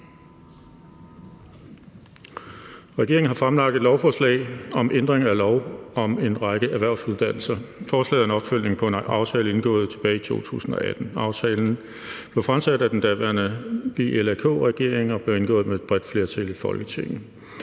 Regeringen har fremsat et lovforslag om ændring af lov om en række erhvervsuddannelser. Forslaget er en opfølgning på en aftale indgået tilbage i 2018. Aftalen blev fremlagt af den daværende VLAK-regering og blev indgået med et bredt flertal i Folketinget.